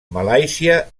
malàisia